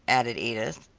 added edith.